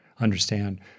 understand